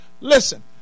Listen